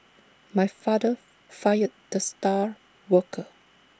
my father fired the star worker